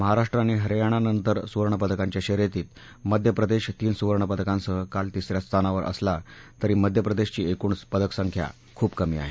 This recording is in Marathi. महाराष्ट्र आणि हरियाणानंतर सुवर्णपदकांच्या शर्यतीत मध्य प्रदेश तीन सुवर्णपदकांसह काल तिस या स्थानावर असला तरी मध्य प्रदेशची एकूण पदकसंख्या खूप कमी आहे